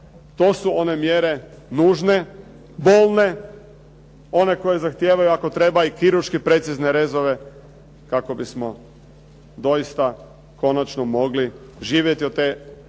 To su one mjere nužne, bolne, one koje zahtijevaju ako treba i kirurški precizne rezove kako bismo doista konačno mogli živjeti od te gospodarske